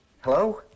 Hello